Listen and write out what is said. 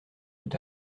tout